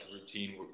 routine